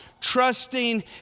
trusting